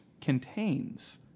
contains